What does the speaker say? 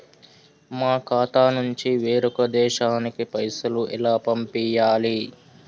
మా ఖాతా నుంచి వేరొక దేశానికి పైసలు ఎలా పంపియ్యాలి?